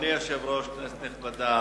אדוני היושב-ראש, כנסת נכבדה,